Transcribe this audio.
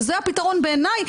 וזה הפתרון בעיניי,